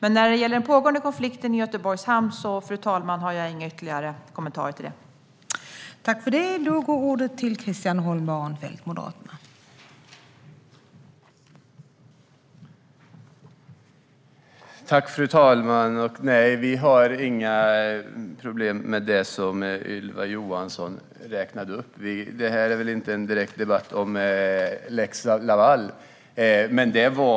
När det gäller den pågående konflikten i Göteborgs hamn har jag inga ytterligare kommentarer om den, fru talman.